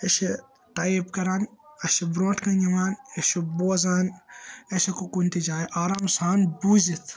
أسۍ چھِ ٹایِپ کَران اَسہِ چھُ برٛونٛٹھٕ کَنہِ یِوان أسۍ چھُ بوزان أسۍ ہیٚکو کُنہِ تہِ جایہِ آرام سان بوٗزِتھ